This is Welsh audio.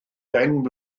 deng